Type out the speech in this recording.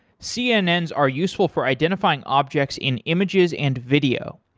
cnns are useful for identifying objects in images and video.